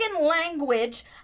language